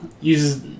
uses